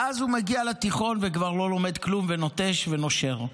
ואז הוא מגיע לתיכון וכבר לא לומד כלום ונוטש ונושר.